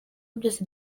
byose